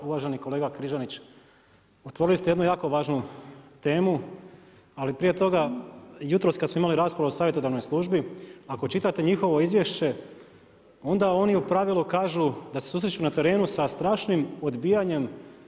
Uvaženi kolega Križanić, otvorili ste jednu jako važnu temu, ali prije toga, jutros kad smo imali raspravu o savjetodavnoj službi, ako čitate njihovo izvješće, onda oni u pravilu kažu, da se susreću na terenu sa stranim odbijanjem.